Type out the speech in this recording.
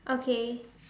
okay